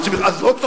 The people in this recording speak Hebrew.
הסכמנו.